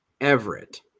Everett